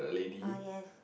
oh yes